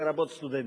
לרבות סטודנטיות,